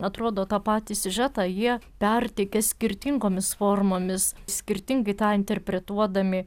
atrodo tą patį siužetą jie perteikia skirtingomis formomis skirtingai tą interpretuodami